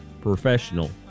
professional